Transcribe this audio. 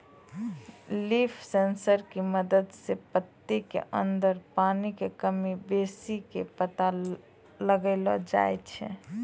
leaf sensor के मदद सॅ पत्ती के अंदर पानी के कमी बेसी के पता लगैलो जाय छै